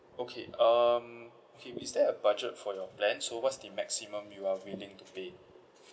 okay um okay is there a budget for your plan so what's the maximum you are willing to pay